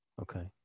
Okay